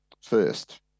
first